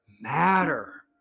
matter